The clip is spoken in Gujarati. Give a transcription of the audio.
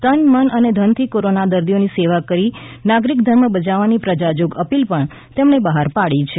તનમન અને ધનથી કોરોના દર્દીઓની સેવા કરી નાગરિક ધર્મ બજાવવાની પ્રજાજોગ અપીલ પણ તેમણે બહાર પાડી છે